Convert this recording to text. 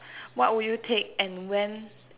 what would you take and when